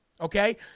okay